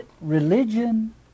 Religion